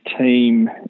team